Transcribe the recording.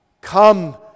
come